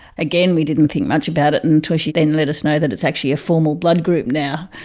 again, we didn't think much about it until she then let us know that it's actually a formal blood group now,